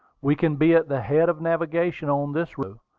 we can be at the head of navigation on this river